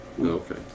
Okay